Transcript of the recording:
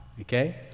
okay